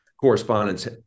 correspondence